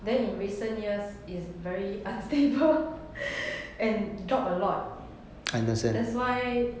then in recent years is very unstable and dropped a lot that's why